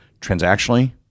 transactionally